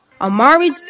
Amari